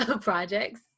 projects